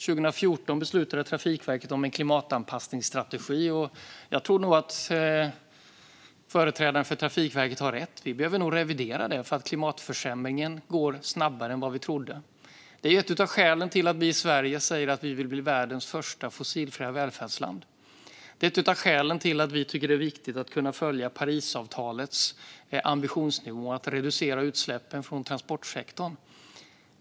Trafikverket beslutade 2014 om en klimatanpassningsstrategi. Jag tror att företrädaren för Trafikverket har rätt - vi behöver nog revidera den, för klimatförändringen går snabbare än vad vi trodde. Det är ett av skälen till att vi i Sverige säger att vi vill bli världens första fossilfria välfärdsland. Det är ett av skälen till att vi tycker att det är viktigt att kunna följa Parisavtalets ambitionsnivå när det gäller att reducera utsläppen från transportsektorn.